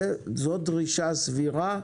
זו דרישה סבירה.